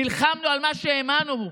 נלחמנו על מה שהאמנו.